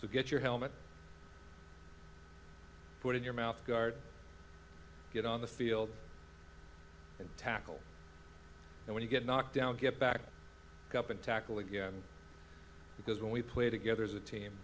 to get your helmet put in your mouth guard get on the field and tackle and when you get knocked down get back up and tackle again because when we play together as a team